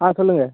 ஆ சொல்லுங்கள்